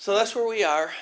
so that's where we are